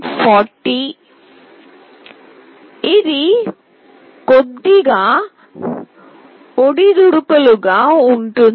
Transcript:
ఇది కొద్దిగా ఒడిదుడుకులుగా ఉంటుంది